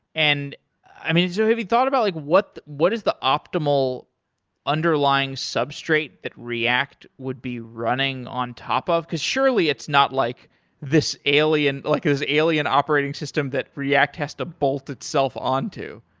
and so have you thought about like what what is the optimal underlying substrate that react would be running on top of? because surely it's not like this alien like this alien operating system that react has to bolt itself on to.